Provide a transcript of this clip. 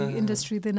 industry